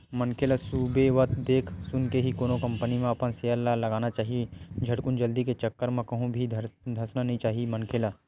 मनखे ल सुबेवत देख सुनके ही कोनो कंपनी म अपन सेयर ल लगाना चाही झटकुन जल्दी के चक्कर म कहूं भी धसना नइ चाही मनखे ल